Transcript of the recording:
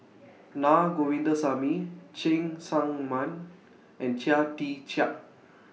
Naa Govindasamy Cheng Tsang Man and Chia Tee Chiak